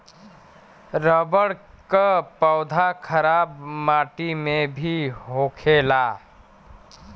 rubber क पौधा खराब माटी में भी होखेला